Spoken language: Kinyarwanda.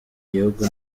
gihugu